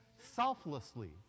selflessly